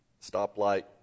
stoplight